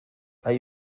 hay